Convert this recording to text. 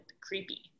creepy